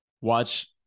Watch